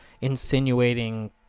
insinuating